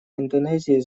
индонезии